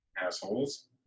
assholes